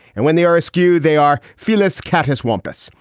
and when they are askew, they are phyllis catus one-piece.